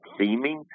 theming